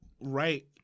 right